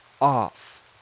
off